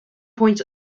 point